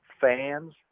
fans